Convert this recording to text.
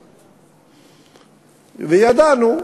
ידענו,